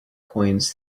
coins